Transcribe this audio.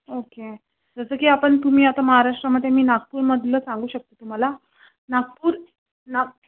okay जसं की आपण तुम्ही आता महाराष्ट्रामध्ये मी नागपूरमधलं सांगू शकते तुम्हाला नागपूर नाग